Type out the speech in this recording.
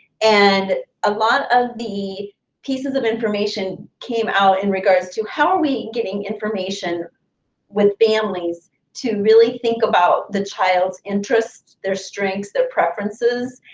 and a lot of the pieces of information came out in regards to how are we getting information with families to really think about the child's interests, their strengths, their preferences,